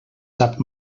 sap